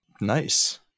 Nice